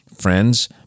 friends